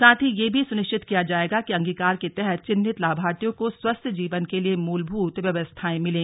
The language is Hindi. साथ ही यह भी सुनिश्चित किया जायेगा कि अंगीकार के तहत चिन्हित लाभार्थियों को स्वस्थ जीवन के लिए मूलभूत व्यवस्थाएं मिले